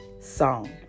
song